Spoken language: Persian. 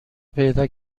پیدا